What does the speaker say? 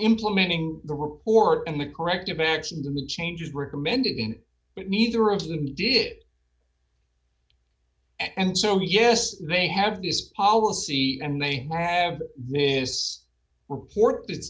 implementing the report and the corrective actions and the changes recommended in but neither of them did it and so yes they have this policy and they have this report